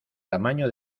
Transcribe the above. tamaño